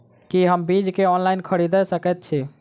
की हम बीज केँ ऑनलाइन खरीदै सकैत छी?